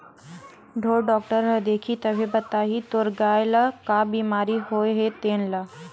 ढ़ोर डॉक्टर ह देखही तभे बताही तोर गाय ल का बिमारी होय हे तेन ल